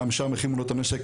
גם שם החרימו לו את הנשק,